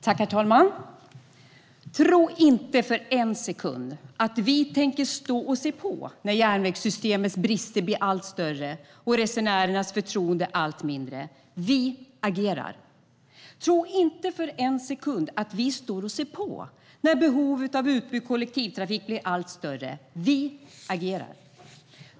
Herr talman! Tro inte för en sekund att vi tänker stå och se på när järnvägssystemets brister blir allt större och resenärernas förtroende allt mindre. Vi agerar. Tro inte för en sekund att vi står och ser på när behovet av utbyggd kollektivtrafik blir allt större. Vi agerar.